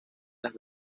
las